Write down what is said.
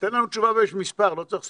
תן לנו תשובה במספר, לא צריך סיפור.